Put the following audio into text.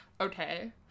Okay